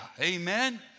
Amen